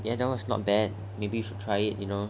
ya that one is not bad maybe you should try it you know